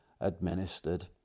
administered